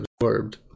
absorbed